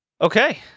Okay